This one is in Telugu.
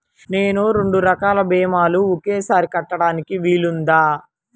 నేను రెండు రకాల భీమాలు ఒకేసారి కట్టడానికి వీలుందా?